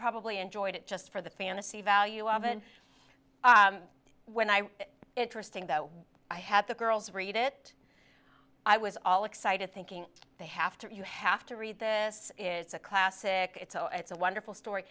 probably enjoyed it just for the fantasy value of and when i interesting though i had the girls read it i was all excited thinking they have to you have to read this it's a classic it's a it's a wonderful story